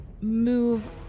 move